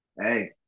hey